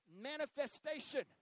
manifestation